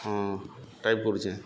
ହଁ ଟାଇପ୍ କରୁଚେଁ